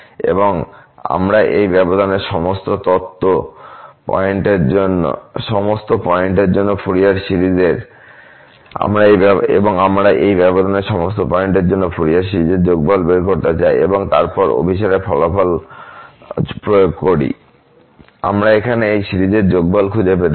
এবং আমরা এই ব্যবধানে সমস্ত পয়েন্টের জন্য ফুরিয়ার সিরিজের যোগফল বের করতে চাই এবং তারপর অভিসারে ফলাফল প্রয়োগ করি আমরা এখানে এই সিরিজের যোগফল খুঁজে পেতে চাই